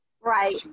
Right